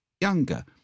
Younger